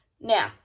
Now